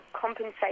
compensate